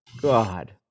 God